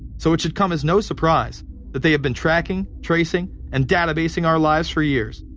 so it should come as no surprise that they have been tracking, tracing and databasing our lives for years.